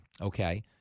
okay